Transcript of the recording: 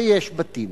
ויש בתים.